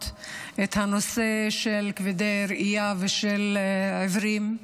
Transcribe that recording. את הנושא של כבדי ראייה ושל עיוורים,